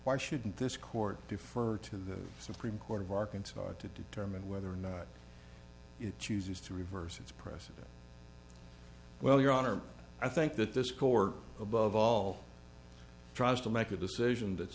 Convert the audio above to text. why shouldn't this court defer to the supreme court of arkansas to determine whether or not it chooses to reverse its precedence well your honor i think that this court above all tries to make a decision that